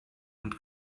und